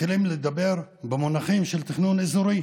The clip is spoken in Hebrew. מתחילים לדבר במונחים של תכנון אזורי,